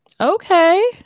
Okay